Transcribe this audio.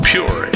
Pure